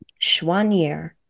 Schwanier